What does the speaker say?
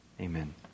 amen